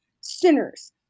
sinners